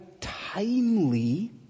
timely